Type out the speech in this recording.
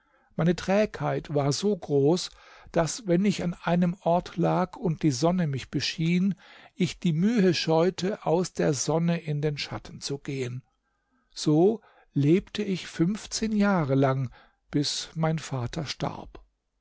meine trägheit war so groß daß wenn ich an einem ort lag und die sonne mich beschien ich die mühe scheute aus der sonne in den schatten zu gehen so lebte ich fünfzehn jahre lang bis mein vater starb